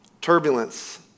turbulence